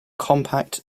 compact